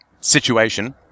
situation